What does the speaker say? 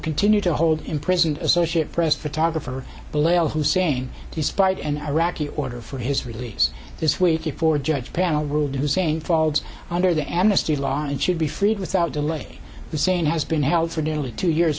continue to hold imprisoned associated press photographer blair hussein despite an iraqi order for his release this week before judge panel ruled hussein falls under the amnesty law and should be freed without delay hussein has been held for nearly two years